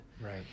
Right